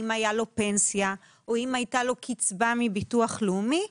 אם הייתה לו פנסיה או אם הייתה לו קצבה מביטוח לאומי,